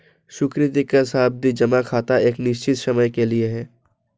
सुकृति का सावधि जमा खाता एक निश्चित समय के लिए है